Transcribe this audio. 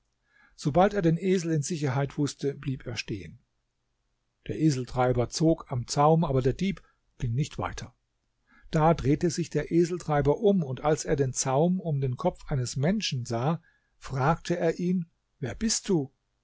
sobald er den esel in sicherheit wußte blieb er stehen der eseltreiber zog am zaum aber der dieb ging nicht weiter da drehte sich der eseltreiber um und als er den zaum um den kopf eines menschen sah fragte er ihn wer bist du